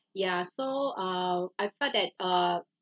ya so uh I felt that uh